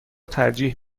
ترجیح